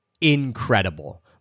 incredible